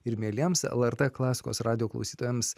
ir mieliems lrt klasikos radijo klausytojams